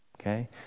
okay